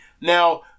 now